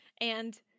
And-